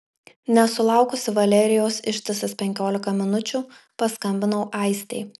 nesulaukusi valerijos ištisas penkiolika minučių paskambinau aistei